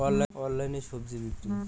অনলাইনে স্বজি বিক্রি?